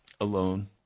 alone